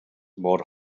mor